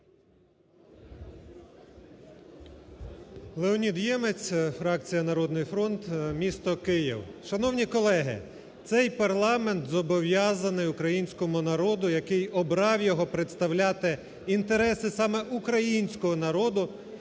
Леонід Ємець, фракція "Народний фронт", місто Київ. Шановні колеги, цей парламент зобов'язаний українському народу, який обрав його представляти інтереси саме українського народу